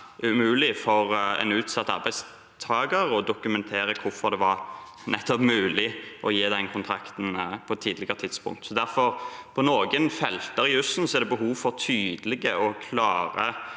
umulig for en utsatt arbeidstaker å dokumentere hvorfor det var mulig å gi den kontrakten på et tidligere tidspunkt. Derfor er det på noen felter i jussen behov for tydelige og klare